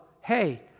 hey